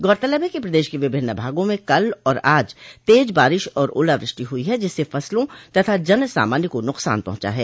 गौरतलब है कि प्रदेश के विभिन्न भागों में कल और आज तेज बारिश और ओलावृष्टि हुई है जिससे फसलों तथा जन सामान्य को नुकसान पहुंचा है